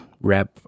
wrap